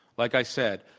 like i said,